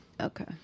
Okay